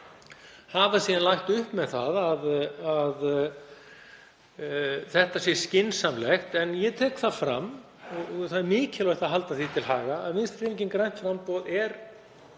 er lagt upp með að þetta sé skynsamlegt. En ég tek það fram, og það er mikilvægt að halda því til haga, að Vinstrihreyfingin – grænt framboð er